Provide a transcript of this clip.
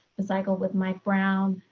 the cycle with mike brown,